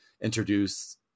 introduce